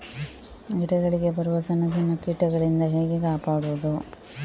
ಗಿಡಗಳಿಗೆ ಬರುವ ಸಣ್ಣ ಸಣ್ಣ ಕೀಟಗಳಿಂದ ಹೇಗೆ ಕಾಪಾಡುವುದು?